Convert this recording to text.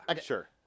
sure